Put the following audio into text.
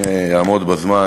אני אעמוד בזמן.